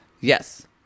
Yes